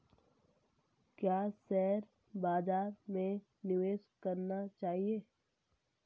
क्या शेयर बाज़ार में निवेश करना सही है?